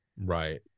Right